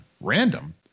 Random